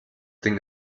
ding